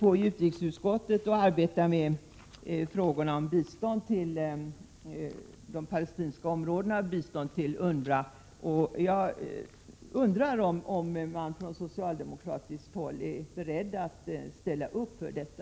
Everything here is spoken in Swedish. I utrikesutskottet arbetar vi nu med frågor om bistånd till de palestinska områdena och till UNRWA, Jag undrar om man från socialdemokratiskt håll är beredd att ställa upp på detta.